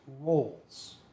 roles